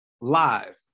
live